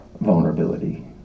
vulnerability